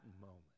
moment